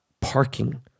parking